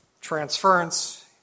transference